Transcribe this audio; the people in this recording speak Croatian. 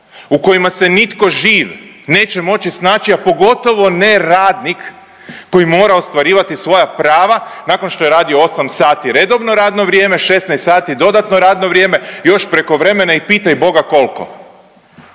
u kojima se nitko živ neće moći snaći, a pogotovo ne radnik koji mora ostvarivati svoja prava nakon što je radio 8 sati redovno radno vrijeme, 16 sati dodatno radno vrijeme, još prekovremene i pitaj Boga koliko.